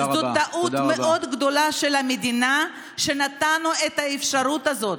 זו טעות מאוד גדולה של המדינה שנתנו את האפשרות הזאת.